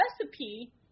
recipe